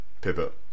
pivot